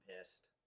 pissed